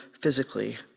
physically